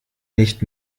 nicht